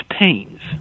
pains